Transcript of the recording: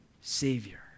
Savior